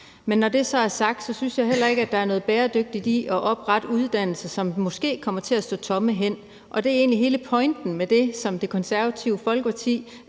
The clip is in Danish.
Men når det så er sagt, synes jeg heller ikke, der er noget bæredygtigt i at oprette uddannelser, som måske kommer til at stå tomme hen. Og hele pointen med det, som Det Konservative Folkeparti